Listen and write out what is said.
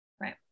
Right